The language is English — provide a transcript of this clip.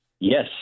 Yes